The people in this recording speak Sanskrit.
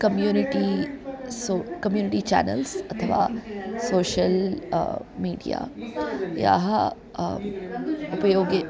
कम्युनिटी सो कम्युनिटि चानल्स् अथवा सोशल् मिडिया याः उपयोगे